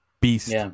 beast